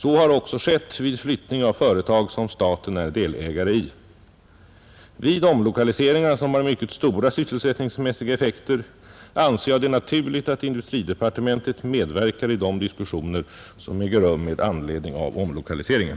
Så har också skett vid flyttning av företag som staten är delägare i. Vid omlokaliseringar, som har mycket stora sysselsättningsmässiga effekter, anser jag det naturligt att industridepartementet medverkar i de diskussioner, som äger rum med anledning av omlokaliseringen.